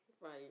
Right